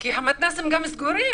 כי המתנ"סים סגורים.